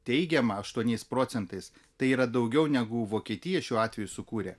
teigiamą aštuoniais procentais tai yra daugiau negu vokietija šiuo atveju sukūrė